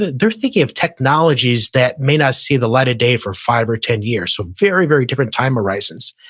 they're thinking of technologies that may not see the light of day for five or ten years. so very, very different time horizons.